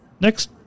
Next